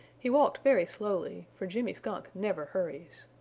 he walked very slowly, for jimmy skunk never hurries.